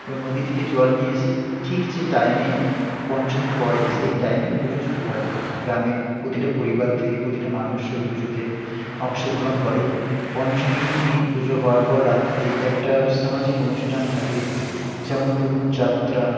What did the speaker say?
ওই নদী থেকে জল নিয়ে এসে ঠিক যে টাইমে পঞ্চমী পড়ে সেই টাইমে পুজো শুরু হয় গ্রামের প্রতিটা পরিবার থেকে প্রতিটা মানুষ ওই পুজোতে অংশগ্রহণ করে পঞ্চমীর দিন পুজো হওয়ার পর রাত্রিতে একটা সামাজিক অনুষ্ঠান থাকে যেমন ধরুন যাত্রা